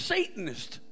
Satanist